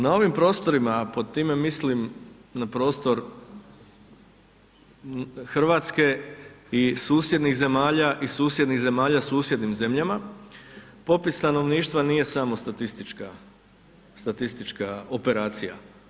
Na ovim prostorima, a pod time mislim na prostor Hrvatske i susjednih zemalja i susjednih zemalja susjednim zemljama, popis stanovništva nije samo statistička operacija.